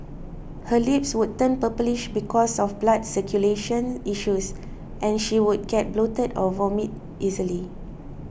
her lips would turn purplish because of blood circulation issues and she would get bloated or vomit easily